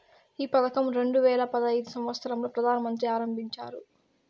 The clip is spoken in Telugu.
ఈ పథకం రెండు వేల పడైదు సంవచ్చరం లో ప్రధాన మంత్రి ఆరంభించారు